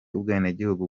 ubwenegihugu